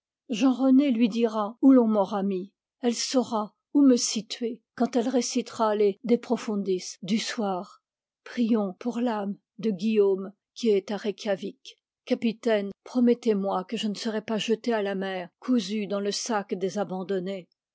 jean rené lui dira où l'on m'aura mis elle saura où me situer quand elle récitera les de profundis du soir prions pour l'âme de guillaume qui est à reikiavik capitaine promettez-moi que je ne serai pas jeté à la mer cousu dans le sac des abandonnés